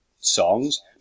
songs